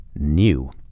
new